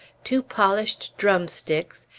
two polished drumsticks,